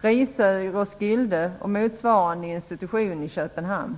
Risö i Roskilde och motsvarande institution i Köpenhamn.